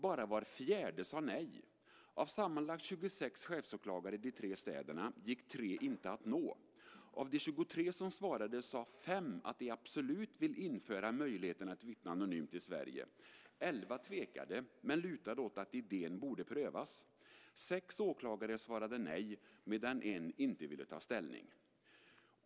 Bara var fjärde sade nej. Av sammanlagt 26 chefsåklagare i de tre städerna gick 3 inte att nå. Av de 23 som svarade sade 5 att de absolut ville införa möjligheten att vittna anonymt i Sverige. 11 tvekade men lutade åt att idén borde prövas. 6 åklagare svarade nej, medan 1 inte ville ta ställning.